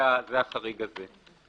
זה החריג הזה.